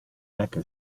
mecca